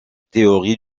théorie